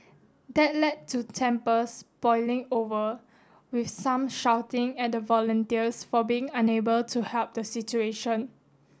that led to tempers boiling over with some shouting at the volunteers for being unable to help the situation